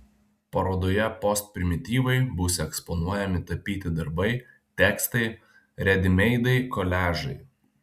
parodoje postprimityvai bus eksponuojami tapyti darbai tekstai redimeidai koliažai